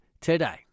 today